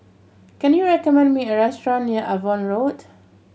can you recommend me a restaurant near Avon Road